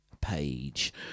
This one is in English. page